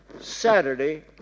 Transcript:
Saturday